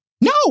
No